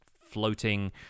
floating